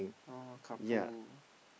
oh carpool